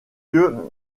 lieu